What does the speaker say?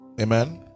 Amen